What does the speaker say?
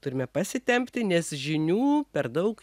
turime pasitempti nes žinių per daug